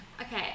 Okay